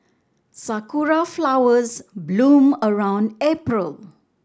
sakura flowers bloom around April